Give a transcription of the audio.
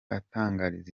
atangariza